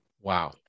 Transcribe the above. Wow